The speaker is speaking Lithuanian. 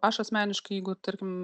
aš asmeniškai jeigu tarkim